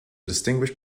distinguished